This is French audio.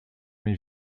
mais